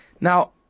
Now